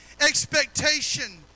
expectation